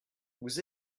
vous